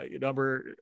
number